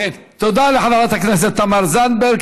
תודה לחברת הכנסת תמר זנדברג.